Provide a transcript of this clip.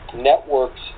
networks